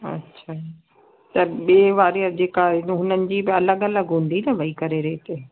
अच्छा त ॿिए वारे जेका उन्हनि जी अलॻि अलॻि हूंदी न वेही करे रेट